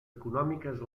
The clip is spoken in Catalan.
econòmiques